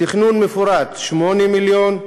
תכנון מפורט, 8 מיליון,